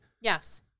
Yes